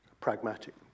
pragmatic